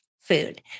Food